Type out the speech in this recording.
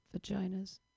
vaginas